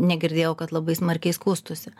negirdėjau kad labai smarkiai skųstųsi